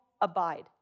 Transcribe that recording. abide